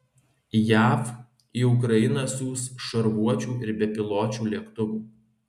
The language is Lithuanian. jav į ukrainą siųs šarvuočių ir bepiločių lėktuvų